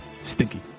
Stinky